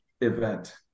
event